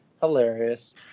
hilarious